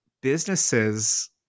businesses